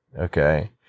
okay